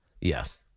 Yes